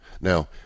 Now